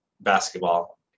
basketball